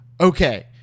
okay